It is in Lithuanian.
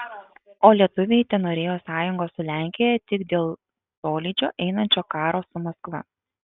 o lietuviai tenorėjo sąjungos su lenkija tik dėl tolydžio einančio karo su maskva